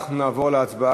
אנחנו נעבור להצבעה.